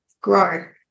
grow